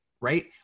right